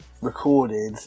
recorded